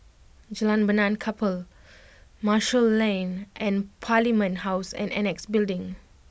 Jalan Benaan Kapal Marshall Lane and Parliament House and Annexe Building